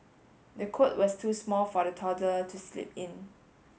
the cot was too small for the toddler to sleep in